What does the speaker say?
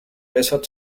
besser